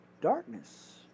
darkness